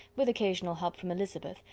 with occasional help from elizabeth,